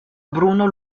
bruno